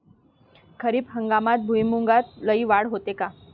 खरीप हंगामात भुईमूगात लई वाढ होते का?